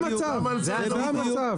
זה המצב.